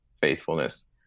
faithfulness